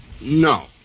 No